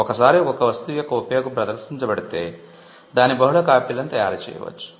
ఒకసారి ఒక వస్తువు యొక్క ఉపయోగం ప్రదర్శించబడితే దాని బహుళ కాపీలను తయారు చేయవచ్చు